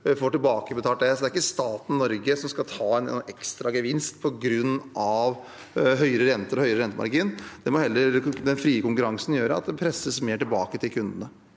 får tilbakebetalt det. Det er ikke staten Norge som skal ta inn en ekstra gevinst på grunn av høyere renter og høyere rentemargin. Det må heller den frie konkurransen gjøre, slik at mer presses tilbake til kundene.